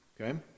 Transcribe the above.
okay